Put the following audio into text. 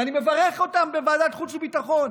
ואני מברך אותם בוועדת החוץ והביטחון,